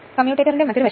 ഇത് യഥാർത്ഥത്തിൽ 0